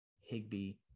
Higby